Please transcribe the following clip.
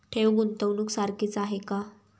ठेव, गुंतवणूक सारखीच आहे का?